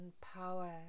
power